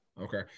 Okay